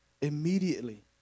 Immediately